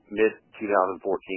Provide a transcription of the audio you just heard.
mid-2014